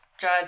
judge